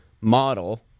model